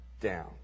down